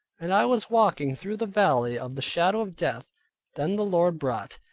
and i was walking through the valley of the shadow of death then the lord brought,